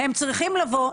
הם צריכים לבוא,